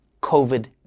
COVID